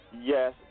yes